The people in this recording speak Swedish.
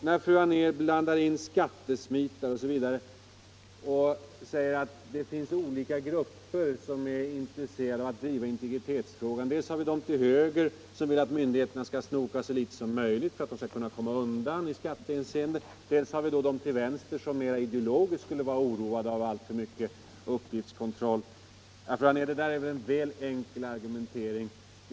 Fru Anér blandar in skattesmitare osv. och säger att det finns olika grupper som är intresserade av att driva integritetsfrågan, dels har vi dem till höger som vill att myndigheterna skall snoka så litet som möjligt för att de skall komma undan i skattehänseende, dels har vi dem till vänster som mer ideologiskt skulle vara oroade av alltför mycket uppgiftskontroll. Det där är en väl enkel argumentering, fru Anér.